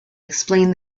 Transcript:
explained